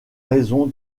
raison